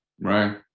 right